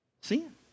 Sin